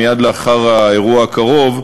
מייד לאחר האירוע הקרוב,